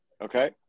okay